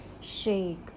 shake